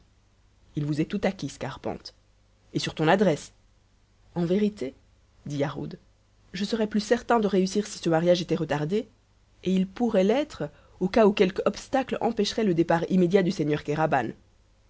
il vous est tout acquis scarpante et sur ton adresse en vérité dit yarhud je serais plus certain de réussir si ce mariage était retardé et il pourrait l'être au cas où quelque obstacle empêcherait le départ immédiat du seigneur